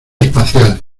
especial